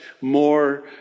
more